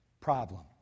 problem